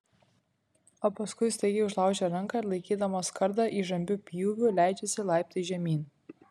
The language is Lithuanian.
o paskui staigiai užlaužia ranką ir laikydamas kardą įžambiu pjūviu leidžiasi laiptais žemyn